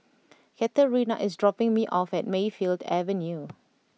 Katerina is dropping me off at Mayfield Avenue